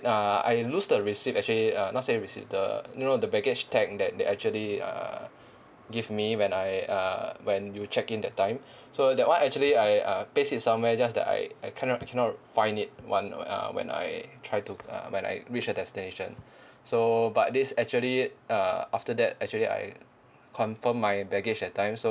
uh I lose the receipt actually uh not say receipt the you know the baggage tag that they actually uh give me when I uh when you check in that time so that [one] actually I uh place it somewhere just that I I cannot cannot find it when uh when I try to uh when I reach the destination so but this actually uh after that actually I confirm my baggage that time so